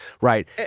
Right